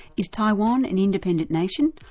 is taiwan an independent nation,